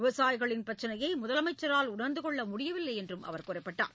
விவசாயிகளின் பிரச்னையை முதலமைச்சரால் உணர்ந்து கொள்ள முடியவில்லை என்றும் அவர் குறிப்பிட்டார்